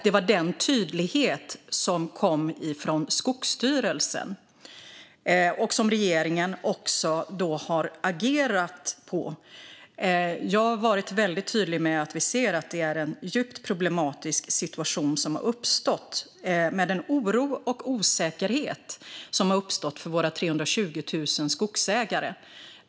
Det var denna tydlighet som kom från Skogsstyrelsen och som regeringen också har agerat på. Jag har varit väldigt tydlig med att vi ser att det är en djupt problematisk situation som har uppstått med en oro och en osäkerhet för våra 320 000 skogsägare.